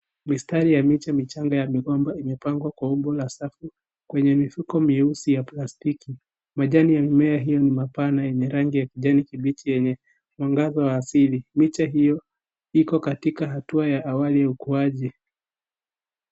Mistari ya miche michanga ya migomba imepangwa kwa umbo la (cs)circle(cs), kwenye mifuko mieusi ya plastiki. Majani ya mimea hio ni mapana yenye rangi ya kijani kibichi yenye mwangaza wa asili, miche hiyo iko katika hatua ya awali ya ukuaji.